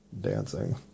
dancing